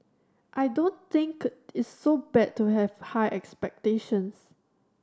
I don't think it's so bad to have high expectations